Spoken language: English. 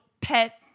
pet